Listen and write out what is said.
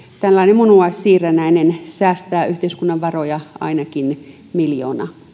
tällainen munuaissiirrännäinen säästää yhteiskunnan varoja ainakin miljoona